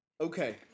okay